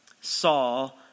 Saul